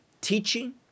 teaching